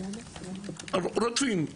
רודפים.